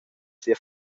sia